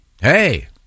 hey